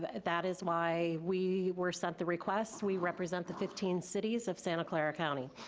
that is why we were sent the request. we represent the fifteen cities of santa clara county.